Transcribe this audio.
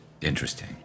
Interesting